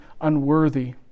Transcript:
unworthy